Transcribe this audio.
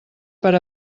per